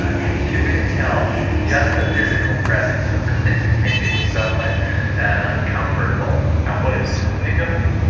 ah and you could tell just the physical presence of clinton made him somewhat uncomfortable and what did clinton think of him?